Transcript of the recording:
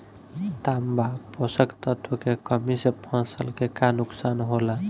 तांबा पोषक तत्व के कमी से फसल के का नुकसान होला?